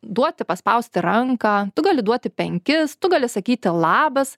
duoti paspausti ranką tu gali duoti penkis tu gali sakyti labas